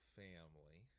family